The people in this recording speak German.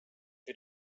wir